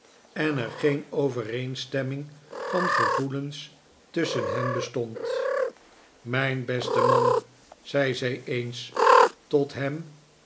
en er geen overeenstemming van gevoelens tusschen hen bestond mijn beste man zei zij eens tot hem